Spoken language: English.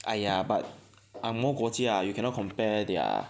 uh ya but ang moh 国家 ah you cannot compare their